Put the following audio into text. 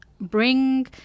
bring